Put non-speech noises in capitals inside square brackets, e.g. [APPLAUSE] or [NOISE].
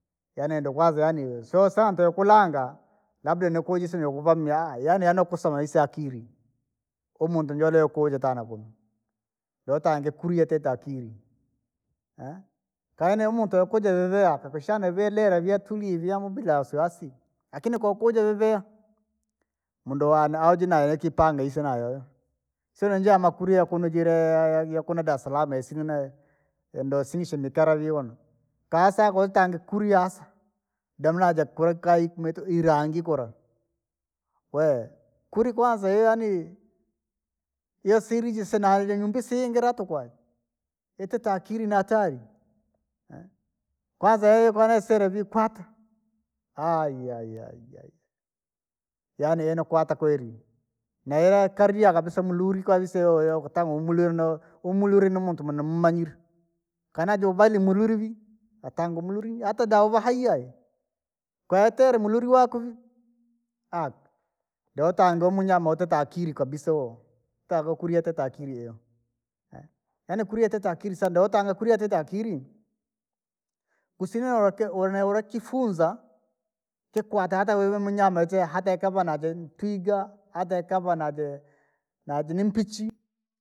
Yaani nenda kwanza yaani so hantu yoohulanga, labda yoyokuja yiiso noolevamia, yaani ani kusoma yiise akiri, uhu muntu nijoole yoohuja ntanha nakunuuu, dee utange kuni yatitee akiri, [HESITATION] kaane muntu yoo kuja vyaviha ukashana vii yalire vii yootulia bila na wasi waasi. Lakini koo wookuja vyavilia. Munduu waane ahuu jeiyo nakipanga iso yoyo, sijaaya makuia kunno jelee ja kuno dasalama yasina, na indosimisimi mikara viona. kaa woosaka utange kuni hasa, doma najakura kaayi miito irangi kura, wee kuni kwanza ihi yaani, yesiri jisina yaaninanyumbi siyiingira tukuu ayii, jatitee akiri ni atani. [HESITATION] kwanza yeikona isire vii kwata, [UNINTELLIGIBLE] yaani ihii ni kwata kweri, na yakarirya kabisa muluri yakatanga uhuu muluri ni wamuntu mwe nimumanyire, kaa najaavair muluri vii, hata daa avee hai ayii. kaa yataire najamuluri waako vii, [HESITATION] dee utange uhu munyama atitee akiri kabisa uhu taga ukurye yatitee akiri [HESITATION] yaani kuri yatitee akiri sana dotanga kuri ateta akiri. Kusina wote wonewulekire kiifunza, ti watite wele nimunyama jia hatakama na je twiga atakama na je najaa mpichi.